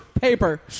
paper